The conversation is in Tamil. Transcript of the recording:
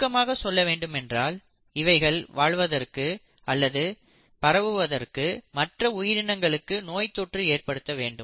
சுருக்கமாக சொல்ல வேண்டுமென்றால் இவைகள் வளர்வதற்கு அல்லது பரவுவதற்கு மற்ற உயிரினங்களுக்கு நோய்தொற்று ஏற்படுத்த வேண்டும்